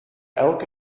elke